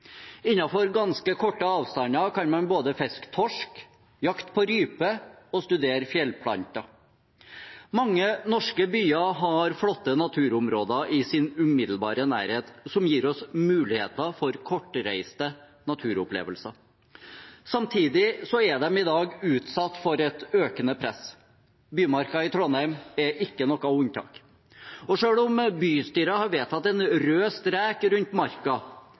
ganske korte avstander kan man både fiske torsk, jakte på rype og studere fjellplanter. Mange norske byer har flotte naturområder i sin umiddelbare nærhet, som gir oss muligheter for kortreiste naturopplevelser. Samtidig er de i dag utsatt for et økende press. Bymarka i Trondheim er ikke noe unntak. Selv om bystyret har vedtatt en rød strek rundt marka,